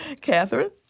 Catherine